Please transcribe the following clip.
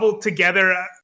together